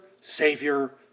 Savior